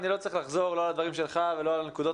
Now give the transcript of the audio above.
אני לא צריך לחזור על הדברים שלך או על הנקודות